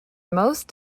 most